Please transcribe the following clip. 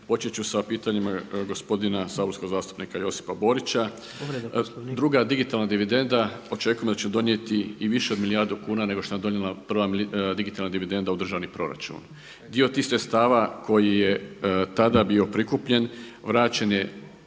Početi ću sa pitanjima gospodina saborskog zastupnika Josipa Borića. Druga digitalna dividenda, očekujemo da će donijeti i više od milijardu kuna nego što nam je donijela prva digitalna dividenda u državni proračun. Dio tih sredstava koji je tada bio prikupljen vraćen je